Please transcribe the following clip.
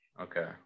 Okay